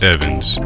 Evans